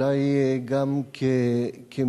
ואולי גם כמשפטן,